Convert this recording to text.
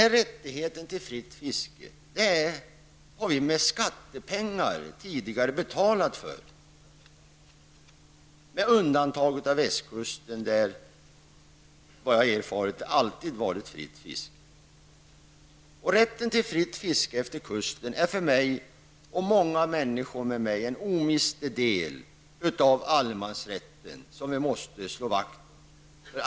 Rättigheten till fritt fiske har vi med skattepengar tidigare betalat för, med undantag för västkusten, där det alltid har varit fritt fiske. Rätten till fritt fiske efter kusten är för mig och många med mig en omistlig del av allemansrätten, som vi måste slå vakt om.